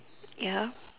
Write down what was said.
ya